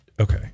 Okay